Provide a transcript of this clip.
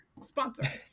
Sponsor